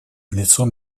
лицом